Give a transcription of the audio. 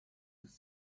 des